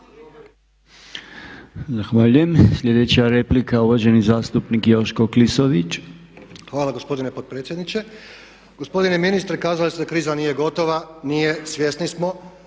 Hvala gospodine potpredsjedniče. Gospodine ministre kazali ste da kriza nije gotova. Nije, svjesni smo,